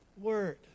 word